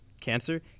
cancer